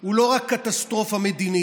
הוא לא רק קטסטרופה מדינית